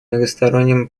многосторонним